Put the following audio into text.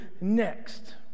next